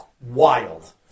wild